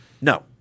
no